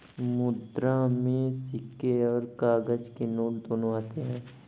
मुद्रा में सिक्के और काग़ज़ के नोट दोनों आते हैं